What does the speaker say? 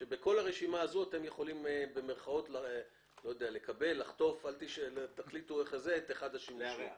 שאתם יכולים לקבל את אחד השימושים מתוך אותה רשימה.